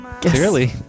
Clearly